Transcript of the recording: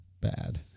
bad